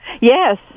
Yes